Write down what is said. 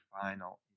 final